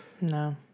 No